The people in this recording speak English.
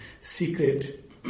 secret